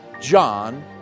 John